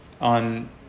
on